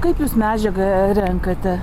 kaip jūs medžiagą renkate